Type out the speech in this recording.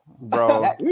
Bro